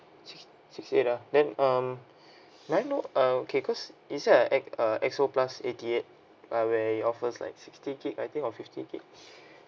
six sixty eight ah then um may I know uh okay because is it a X uh X_O plus eighty eight uh where it offers like sixty gigabyte I think or fifty gigabyte